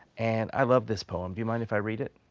and i love this poem. do you mind if i read it?